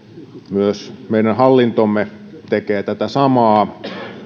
myös meidän hallintomme tekee tätä samaa